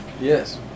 Yes